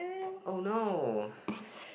oh no